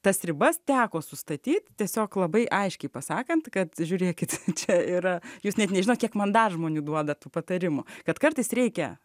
tas ribas teko sustatyt tiesiog labai aiškiai pasakant kad žiūrėkit čia yra jūs net nežinot kiek man dar žmonių duoda tų patarimų kad kartais reikia